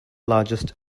largest